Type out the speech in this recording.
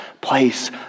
place